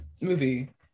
movie